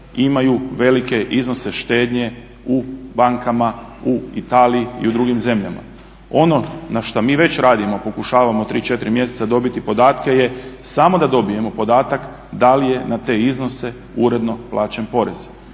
imaju velike iznose štednje u bankama u Italiji i u drugim zemljama. Ono na šta mi već radimo, pokušavamo 3, 4 mjeseca dobiti podatke je samo da dobijemo podatak da li je na te iznose uredno plaćen porez.